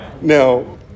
Now